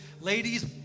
ladies